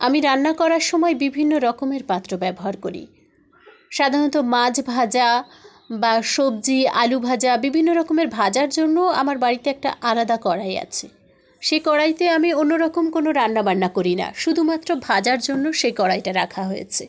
আমি রান্না করার সময় বিভিন্ন রকমের পাত্র ব্যবহার করি সাধারণত মাছ ভাজা বা সবজি আলু ভাজা বিভিন্ন রকমের ভাজার জন্যও আমার বাড়িতে একটা আলাদা কড়াই আছে সেই কড়াইতে আমি অন্য রকম কোনো রান্না বান্না করি না শুধুমাত্র ভাজার জন্য সেই কড়াইটা রাখা হয়েছে